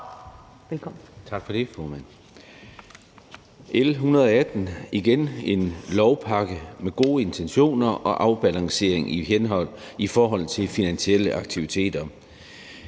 Med L 118 er der igen tale om en lovpakke med gode intentioner og afbalancering i forhold til finansielle aktiviteter.